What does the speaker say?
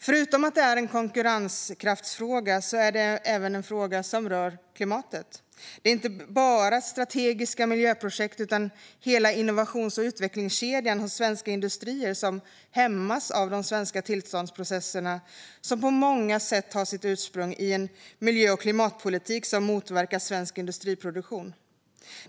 Förutom att detta är en konkurrenskraftsfråga är det en fråga som rör klimatet. Det är inte bara strategiska miljöprojekt utan hela innovations och utvecklingskedjan hos svenska industrier som hämmas av de svenska tillståndsprocesserna, som på många sätt har sitt ursprung i en miljö och klimatpolitik som motverkar svensk industriproduktion.